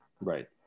Right